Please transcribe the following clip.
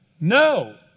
No